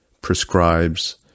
prescribes